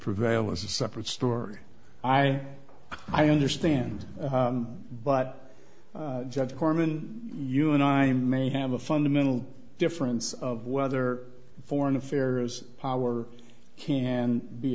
prevail as a separate story i i understand but judge korman you and i may have a fundamental difference of whether foreign affairs power can be